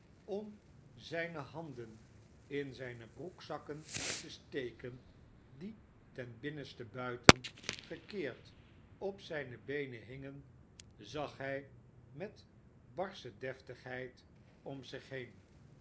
om zijne handen in zijne broekzakken te steken die ten binnenste buiten gekeerd op zijne beenen hingen zag hij niet barsche deftigheid om zich he